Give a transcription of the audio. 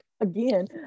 again